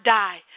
die